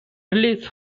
release